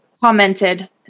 commented